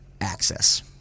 access